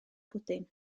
pwdin